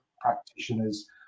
practitioners